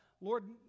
Lord